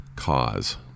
cause